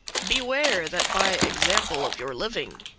beware, that by example of your living,